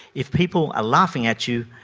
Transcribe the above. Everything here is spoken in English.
if people are laughing at you,